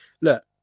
look